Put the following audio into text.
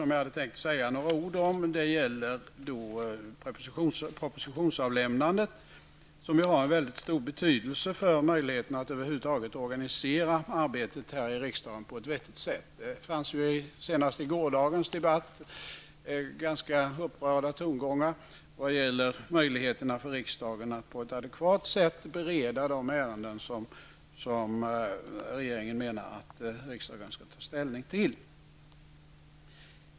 Jag tänker då säga några ord om propositionsavlämnandet, som ju har en väldigt stor betydelse för möjligheten att över huvud taget organisera arbetet i riksdagen på ett vettigt sätt. Senast under gårdagens debatt hördes ganska upprörda tongångar när det gäller möjligheterna för riksdagen att på ett adekvat sätt bereda de ärenden som regeringen vill att riksdagen skall ta ställning till.